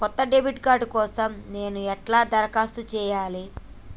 కొత్త debit card కోసం నేను ఎట్లా దరఖాస్తు చేయాలి?